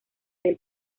del